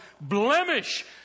blemish